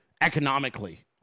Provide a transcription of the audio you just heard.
economically